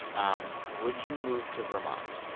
um would you move to vermont?